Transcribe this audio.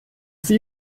sie